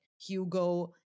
Hugo